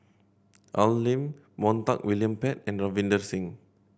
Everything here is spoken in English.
Al Lim Montague William Pett and Ravinder Singh